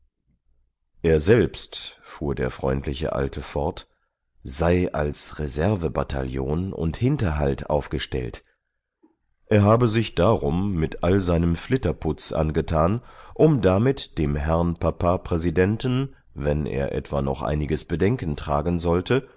er selbst fuhr der freundliche alte fort sei als reservebataillon und hinterhalt aufgestellt er habe sich darum mit all seinem flitterputz angetan um damit dem herrn papa präsidenten wenn er etwa noch einiges bedenken tragen sollte